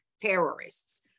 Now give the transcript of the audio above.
terrorists